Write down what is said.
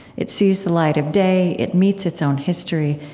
it sees the light of day, it meets its own history,